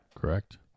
Correct